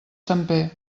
temper